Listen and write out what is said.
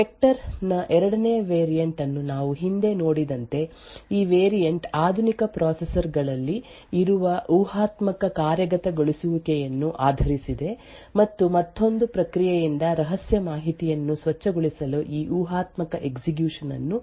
Spectre ನ ಎರಡನೇ variant ಅನ್ನು ನಾವು ಹಿಂದೆ ನೋಡಿದಂತೆ ಈ ವೇರಿಯಂಟ್ ಆಧುನಿಕ ಪ್ರೊಸೆಸರ್ ಗಳಲ್ಲಿ ಇರುವ ಊಹಾತ್ಮಕ ಕಾರ್ಯಗತಗೊಳಿಸುವಿಕೆಯನ್ನು ಆಧರಿಸಿದೆ ಮತ್ತು ಮತ್ತೊಂದು ಪ್ರಕ್ರಿಯೆಯಿಂದ ರಹಸ್ಯ ಮಾಹಿತಿಯನ್ನು ಸ್ವಚ್ಛಗೊಳಿಸಲು ಈ ಊಹಾತ್ಮಕ ಎಕ್ಸಿಕ್ಯೂಶನ್ ಅನ್ನು ಬಳಸಿಕೊಳ್ಳುತ್ತದೆ